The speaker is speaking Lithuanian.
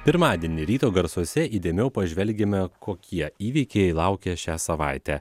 pirmadienį ryto garsuose įdėmiau pažvelkime kokie įvykiai laukia šią savaitę